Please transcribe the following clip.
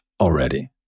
already